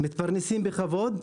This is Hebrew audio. שמתפרנסים בכבוד,